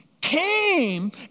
came